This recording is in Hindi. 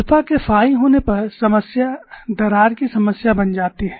अल्फा के फाई होने पर समस्या दरार की समस्या बन जाती है